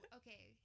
okay